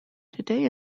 today